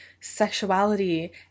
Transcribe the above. sexuality